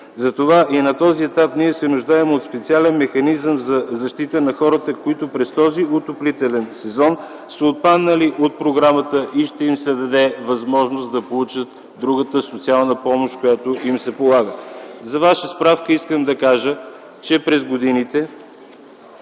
Затова и на този етап ние се нуждаем от специален механизъм за защита на хората, които през този отоплителен сезон са отпаднали от програмата и ще им се даде възможност да получат другата социална помощ, която им се полага. За Ваша справка искам да кажа, че през годините